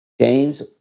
James